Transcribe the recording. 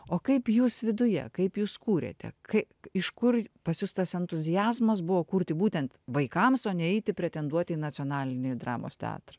o kaip jūs viduje kaip jūs kūrėte kai iš kur pas jus tas entuziazmas buvo kurti būtent vaikams o ne eiti pretenduoti į nacionalinį dramos teatrą